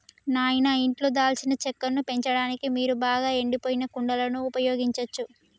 నాయిన ఇంట్లో దాల్చిన చెక్కను పెంచడానికి మీరు బాగా ఎండిపోయిన కుండలను ఉపయోగించచ్చు